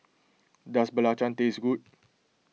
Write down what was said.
does Belacan taste good